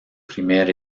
primer